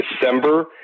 December